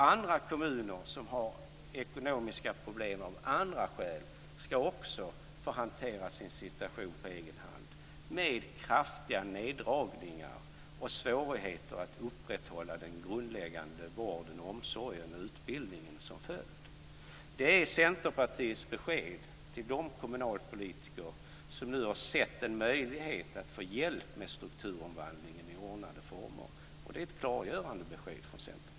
Andra kommuner som har ekonomiska problem av andra skäl ska också på egen hand få hantera sin situation med kraftiga neddragningar och svårigheter att upprätthålla den grundläggande vården, omsorgen och utbildningen som följd. Det är Centerpartiets besked till de kommunalpolitiker som nu har sett en möjlighet att få hjälp med strukturomvandlingen i ordnade former. Det är ett klargörande besked från Centerpartiet.